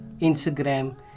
Instagram